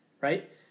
right